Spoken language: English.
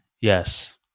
Yes